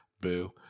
Boo